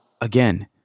Again